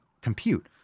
compute